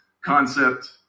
concept